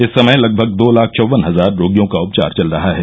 इस समय लगभग दो लाख चौवन हजार रोगियों का उपचार चल रहा है